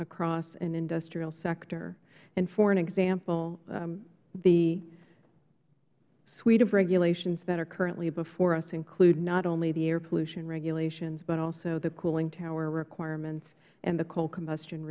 across an industrial sector and for an example the suite of regulations that are currently before us include not only the air pollution regulations but also the cooling tower requirements and the coal combustion